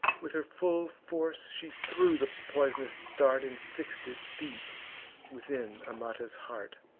with her full force she threw the poisonous dart, and fix'd it deep within amata's heart,